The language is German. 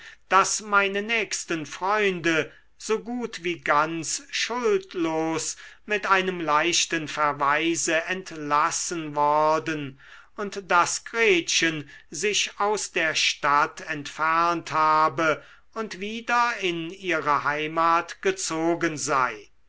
daß meine nächsten freunde so gut wie ganz schuldlos mit einem leichten verweise entlassen worden und daß gretchen sich aus der stadt entfernt habe und wieder in ihre heimat gezogen sei